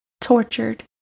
tortured